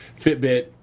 Fitbit